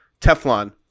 Teflon